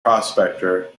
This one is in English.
prospector